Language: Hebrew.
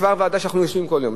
זו ועדה שאנחנו יושבים בה כל יום.